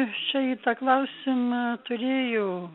ašai tą klausimą turėjau